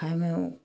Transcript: एहिमे